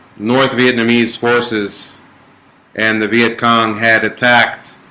north vietnamese forces and the vietcong had attacked